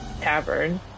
tavern